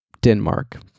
Denmark